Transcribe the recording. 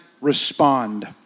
respond